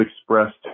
expressed